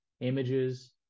images